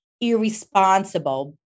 irresponsible